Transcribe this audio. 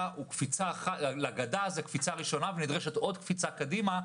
הוא קפיצה ראשונה ונדרשת עוד קפיצה קדימה,